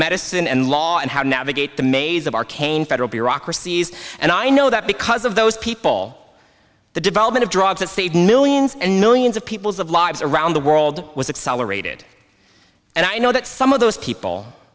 medicine and law and how to navigate the maze of arcane federal bureaucracies and i know that because of those people the development of drugs that saved millions and millions of peoples of lives around the world was accelerated and i know that some of those people